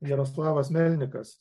jaroslavas melnikas